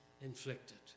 inflicted